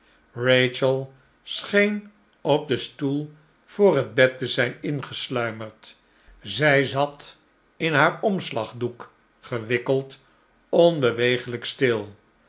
scheen op den stbel voor het bed te zijn ingesluimerd zij zat in haar omslagdoek gewikkeld onbeweeglijk stil